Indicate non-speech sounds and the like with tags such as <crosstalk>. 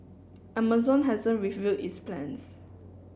amazon hasn't <unintelligible> its plans